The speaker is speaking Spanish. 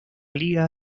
liga